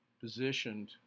positioned